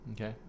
Okay